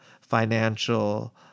financial